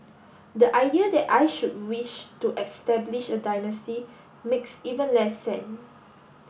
the idea that I should wish to establish a dynasty makes even less